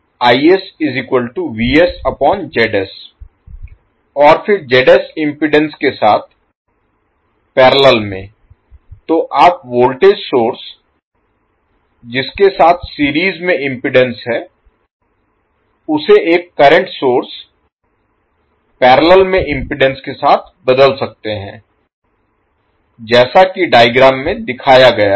तो और फिर इम्पीडेन्स के साथ पैरेलल में तो आप वोल्टेज सोर्स जिसके साथ सीरीज में इम्पीडेन्स है उसे एक करंट सोर्स पैरेलल में इम्पीडेन्स के साथ बदल सकते हैं जैसा कि डायग्राम में दिखाया गया है